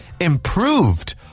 improved